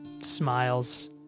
smiles